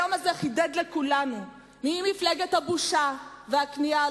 היום הזה חידד לכולנו מיהי מפלגת הבושה והכניעה,